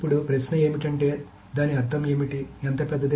ఇప్పుడు ప్రశ్న ఏమిటంటే దాని అర్థం ఏమిటి ఎంత పెద్దది